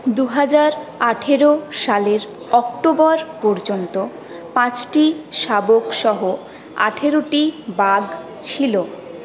দু হাজার আঠেরো সালের অক্টোবর পর্যন্ত পাঁচটি শাবক সহ আঠেরোটি বাঘ ছিল